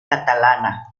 catalana